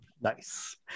Nice